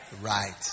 Right